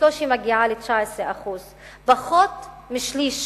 שבקושי מגיע ל-19%; פחות משליש